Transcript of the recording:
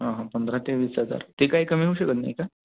हां हां पंधरा ते वीस हजार ते काय कमी होऊ शकत नाही का